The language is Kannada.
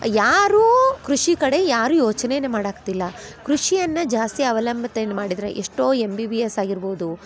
ಯಾರು ಕೃಷಿ ಕಡೆ ಯಾರು ಯೋಚನೇನೆ ಮಾಡಕತ್ತಿಲ್ಲ ಕೃಷಿಯನ್ನ ಜಾಸ್ತಿ ಅವಲಂಬಿತ ಏನು ಮಾಡಿದ್ರೆ ಎಷ್ಟೋ ಎಮ್ ಬಿ ಬಿ ಎಸ್ ಆಗಿರ್ಬೋದು